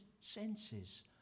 senses